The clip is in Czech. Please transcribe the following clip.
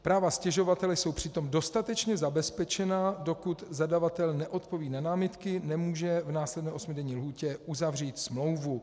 Práva stěžovatele jsou přitom dostatečně zabezpečena, dokud zadavatel neodpoví na námitky, nemůže v následné osmidenní lhůtě uzavřít smlouvu.